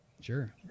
Sure